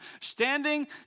standing